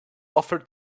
offer